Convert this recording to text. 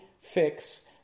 fix